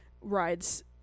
rides